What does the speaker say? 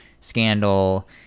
scandal